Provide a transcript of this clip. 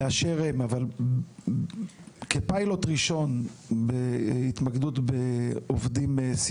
באשר הם, יועסקו דרכו, והוא יספק את העובדים לאותם